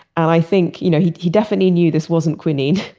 i think you know he he definitely knew this wasn't quinine.